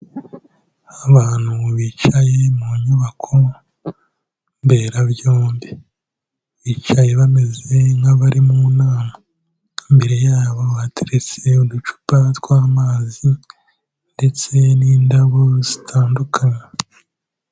Aho abantu bicaye mu nyubako mberabyombi. Bicaye bameze nk'abari mu nama. Imbere yabo hateretse uducupa tw'amazi ndetse n'indabo zitandukanye.